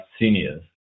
seniors